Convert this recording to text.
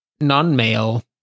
non-male